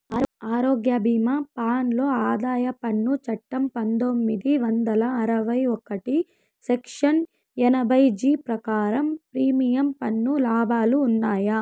ఆరోగ్య భీమా ప్లాన్ లో ఆదాయ పన్ను చట్టం పందొమ్మిది వందల అరవై ఒకటి సెక్షన్ ఎనభై జీ ప్రకారం ప్రీమియం పన్ను లాభాలు ఉన్నాయా?